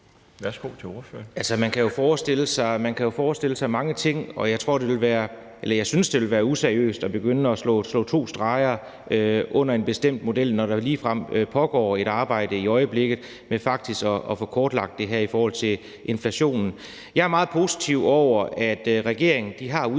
Værsgo til ordføreren.